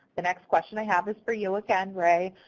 the next question i have is for you again, ray.